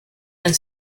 and